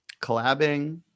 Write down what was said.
collabing